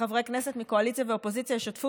שחברי כנסת מהקואליציה והאופוזיציה ישתפו